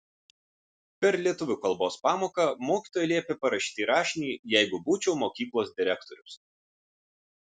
per lietuvių kalbos pamoką mokytoja liepė parašyti rašinį jeigu būčiau mokyklos direktorius